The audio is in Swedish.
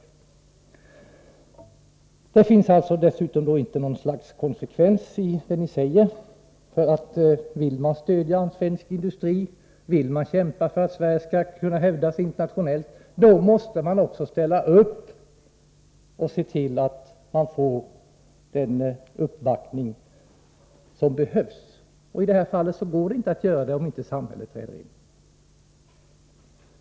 Dessutom finns det ingen konsekvens i det ni säger. Vill man stödja svensk industri, kämpa för att den skall kunna hävda sig internationellt, då måste man också ställa upp och se till att industrin får den uppbackning som behövs. Och i detta fall kan man inte göra det om inte samhället träder in.